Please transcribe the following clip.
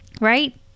Right